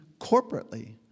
corporately